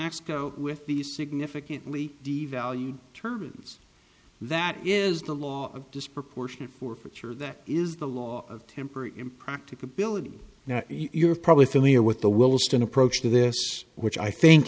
go with the significantly devalued turbans that is the law of disproportionate forfeiture that is the law of temporary impracticability now you're probably familiar with the wellston approach to this which i think